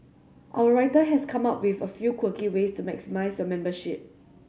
our writer has come up with a few quirky ways to maximise your membership